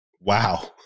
Wow